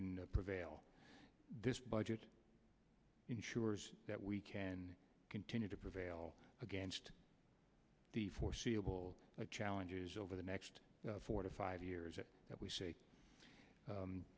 can prevail this budget ensures that we can continue to prevail against the foreseeable challenges over the next four to five years that we say